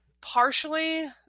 partially